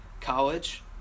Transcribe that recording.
college